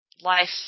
life